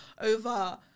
over